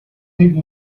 нэг